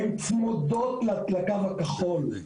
הן צמודות לקו הכחול.